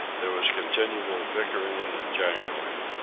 there was continual bickering and jangling.